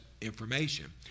information